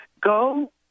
Go